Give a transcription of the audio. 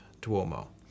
Duomo